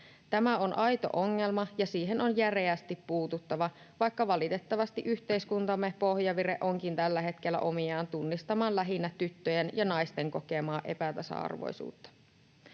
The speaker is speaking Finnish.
Tämä on aito ongelma, ja siihen on järeästi puututtava, vaikka valitettavasti yhteiskuntamme pohjavire onkin tällä hetkellä omiaan tunnistamaan lähinnä tyttöjen ja naisten kokemaa epätasa-arvoisuutta.